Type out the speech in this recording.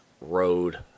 road